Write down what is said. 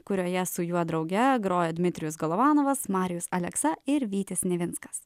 kurioje su juo drauge groja dmitrijus golovanovas marijus aleksa ir vytis nivinskas